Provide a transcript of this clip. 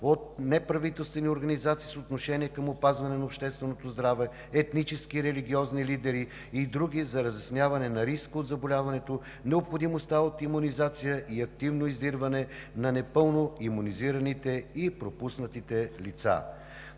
от неправителствени организации с отношение към опазване на общественото здраве, етнически и религиозни лидери и други за разясняване на риска от заболяването, необходимостта от имунизация и активно издирване на непълно имунизираните и пропуснатите лица.